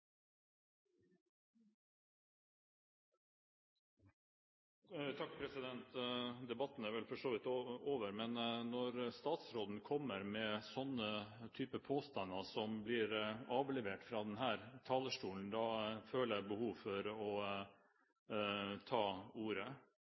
vidt over, men når statsråden kommer med sånne påstander avlevert fra denne talerstolen, føler jeg behov for å